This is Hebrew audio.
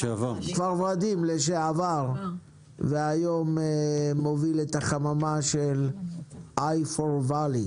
כפר ורדים והיום מוביל את החממה של i4vally,